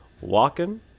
walking